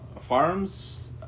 farms